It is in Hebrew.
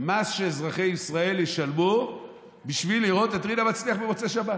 מס שאזרחי ישראל ישלמו בשביל לראות את רינה מצליח במוצאי שבת,